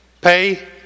pay